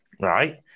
right